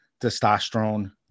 testosterone